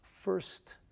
first